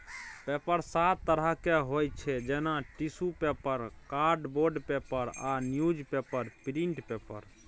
paper सात तरहक होइ छै जेना टिसु पेपर, कार्डबोर्ड पेपर आ न्युजपेपर प्रिंट पेपर